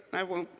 i won't,